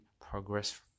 progress